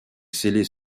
scellés